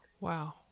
wow